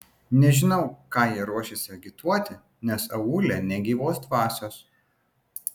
nežinau ką jie ruošiasi agituoti nes aūle nė gyvos dvasios